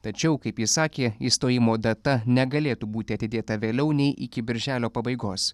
tačiau kaip jis sakė išstojimo data negalėtų būti atidėta vėliau nei iki birželio pabaigos